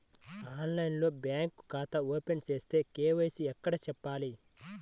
ఆన్లైన్లో బ్యాంకు ఖాతా ఓపెన్ చేస్తే, కే.వై.సి ఎక్కడ చెప్పాలి?